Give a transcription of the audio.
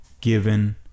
given